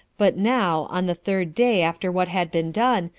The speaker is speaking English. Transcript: but now, on the third day after what had been done,